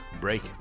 break